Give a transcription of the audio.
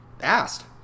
asked